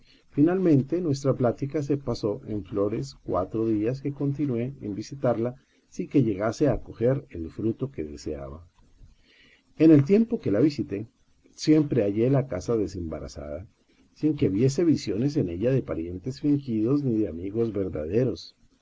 finalmente nuestra plática se pasó en flores cuatro días que continué en visitalla sin que llegase a coger el fruto que deseaba en el tiempo que la visité siempre hallé la casa desembarazada sin que viese visiones en ella de parientes fingidos ni de amigos verdaderos